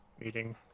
meeting